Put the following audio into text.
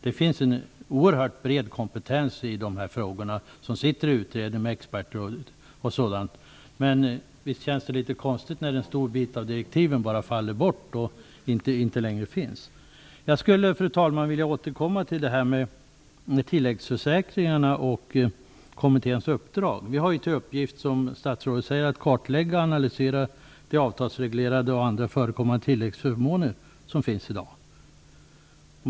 Det finns en oerhört bred kompetens hos de experter m.fl. som sitter i utredningen. Men visst känns det litet konstigt när en stor del av direktiven bara faller bort och inte längre finns. Fru talman! Jag vill återkomma till frågan om tilläggsförsäkringarna och kommitténs uppdrag. Som statsrådet säger har vi till uppgift att kartlägga och analysera de avtalsreglerade och andra förekommande tilläggsförmåner som finns i dag.